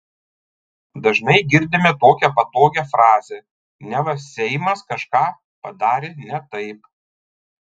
dažnai girdime tokią patogią frazę neva seimas kažką padarė ne taip